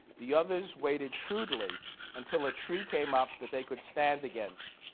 the others waited shrewdly until a tree came up that they could stand against.